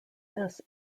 this